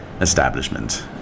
establishment